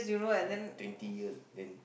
twent~ twenty years then